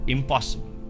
Impossible